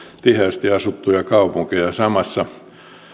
tiheästi asuttuja kaupunkeja samassa